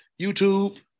YouTube